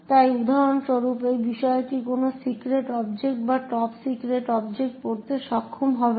তাই উদাহরণস্বরূপ এই বিষয়টি কোনো সিক্রেট অবজেক্ট বা কোনো টপ সিক্রেট অবজেক্ট পড়তে সক্ষম হবে না